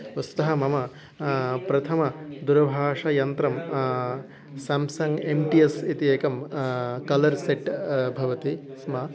वस्तुतः मम प्रथमं दूरभाषायन्त्रं सम्सङ्ग् एम् टि येस् इति एकं कलर् सेट् भवति स्म